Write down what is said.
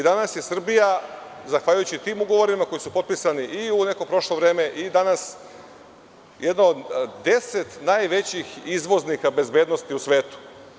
Danas je Srbija, zahvaljujući tim ugovorima, koji su potpisani u neko prošlo vreme i danas, jedna od 10 najvećih izvoznika bezbednosti u svetu.